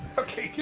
ok!